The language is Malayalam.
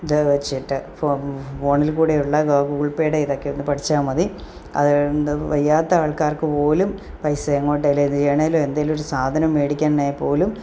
ഇതു വെച്ചിട്ട് ഫോ ഫോണിൽ കൂടെയുള്ള ഗൂഗിൾ പേയുടെ ഇതൊക്കെ ഒന്നു പഠിച്ചാൽ മതി അതു കൊണ്ടു വയ്യാത്ത ആൾക്കാർക്കു പോലും പൈസ എങ്ങോട്ടായാലും ഏതു ചെയ്യാനായാലും എന്തെങ്കിലും ഒരു സാധനം മേടിക്കണേ പോലും